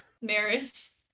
maris